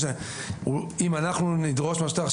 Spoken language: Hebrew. אם אנחנו נדרוש מהשוטר,